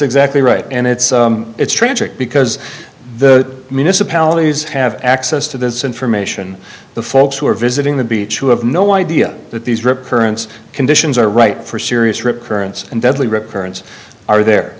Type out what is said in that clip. exactly right and it's it's tragic because the municipalities have access to this information the folks who are visiting the beach who have no idea that these rip currents conditions are right for serious rip currents and deadly rip currents are there